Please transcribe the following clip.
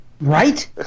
Right